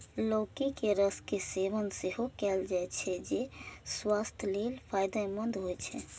लौकी के रस के सेवन सेहो कैल जाइ छै, जे स्वास्थ्य लेल फायदेमंद होइ छै